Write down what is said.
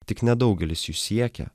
tik nedaugelis jų siekia